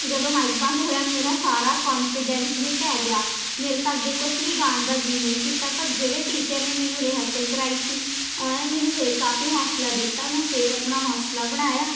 ਜਦੋਂ ਮਾਇਕ ਬੰਦ ਹੋਇਆ ਮੇਰਾ ਸਾਰਾ ਕੌਨਫੀਡੈਂਸ ਹੀ ਢਹਿ ਗਿਆ ਮੇਰੇ ਤਾਂ ਅੱਗੇ ਕੁਛ ਵੀ ਗਾਉਣ ਦਾ ਜੀਅ ਨਹੀਂ ਕੀਤਾ ਪਰ ਜਿਹੜੇ ਟੀਚਰ ਨੇ ਮੈਨੂੰ ਰਿਹਸਲ ਕਰਾਈ ਸੀ ਉਹਨਾਂ ਨੇ ਮੈਨੂੰ ਫਿਰ ਕਾਫੀ ਹੌਂਸਲਾ ਦਿੱਤਾ ਮੈਂ ਫਿਰ ਆਪਣਾ ਹੌਂਸਲਾ ਬਣਾਇਆ